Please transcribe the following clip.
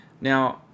Now